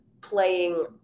playing